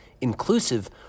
inclusive